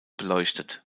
beleuchtet